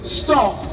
stop